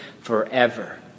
forever